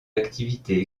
activités